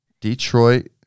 Detroit